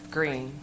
Green